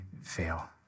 fail